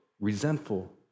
resentful